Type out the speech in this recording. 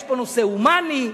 יש פה נושא הומני,